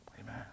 Amen